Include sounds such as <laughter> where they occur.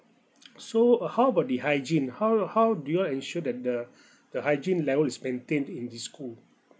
<noise> so uh how about the hygiene how how do you all ensure that the the hygiene level is maintained in the school